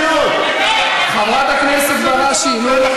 חברת הכנסת בראשי, נו.